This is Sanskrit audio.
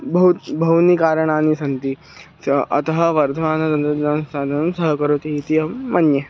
बहूनि बहूनि कारणानि सन्ति अत अतः वर्धमानतन्त्रज्ञानसाधनं सहकरोति इति अहं मन्ये